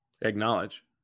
acknowledge